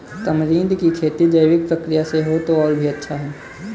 tamarind की खेती जैविक प्रक्रिया से हो तो और भी अच्छा